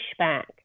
pushback